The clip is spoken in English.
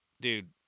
Dude